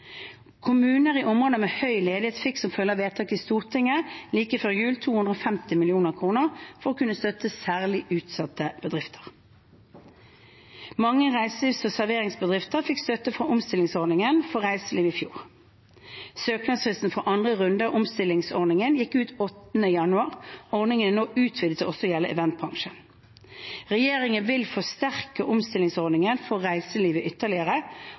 Kommuner i områder med høy ledighet fikk som følge av vedtak i Stortinget like før jul 250 mill. kr for å kunne støtte særlig utsatte bedrifter. Mange reiselivs- og serveringsbedrifter fikk støtte fra omstillingsordningen for reiselivet i fjor. Søknadsfristen for andre runde av omstillingsordningen gikk ut 8. januar, og ordningen er nå utvidet til også å gjelde eventbransjen. Regjeringen vil forsterke omstillingsordningen for reiselivet ytterligere,